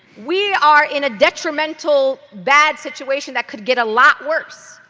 we are in a detrimental bad situation that could get a lot worse.